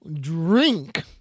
drink